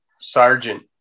sergeant